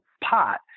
pot